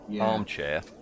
Armchair